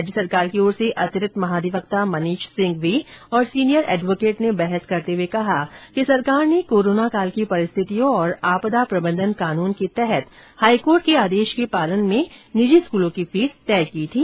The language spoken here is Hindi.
राज्य सरकार की ओर से अतिरिक्त महाधिवक्ता मनीष सिंघवी और सीनियर एडवोकेट ने बहस करते हुए कहा कि सरकार ने कोरोनाकाल की परिस्थतियों और आपदा प्रबंधन कानून के तहत हाईकोर्ट के आदेश के पालन में निजी स्कूलों की फीस तय की थी